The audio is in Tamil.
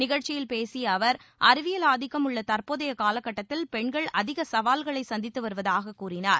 நிகழ்ச்சியில் பேசிய அவர் அறிவியல் ஆதிக்கம் உள்ள தற்போதைய காலகட்டத்தில் பெண்கள் அதிக சவால்களை சந்தித்து வருவதாக கூறினார்